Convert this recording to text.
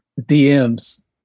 DMs